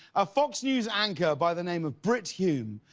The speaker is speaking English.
a fox news anchor by the name of brit hume,